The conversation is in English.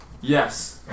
Yes